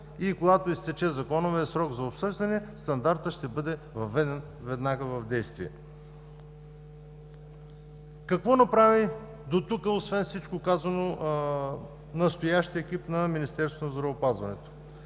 и когато изтече законовият срок за обсъждане, стандартът ще бъде въведен веднага в действие. Какво направи дотук, освен всичко казано, настоящият екип на Министерството на здравеопазването?